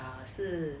ah 是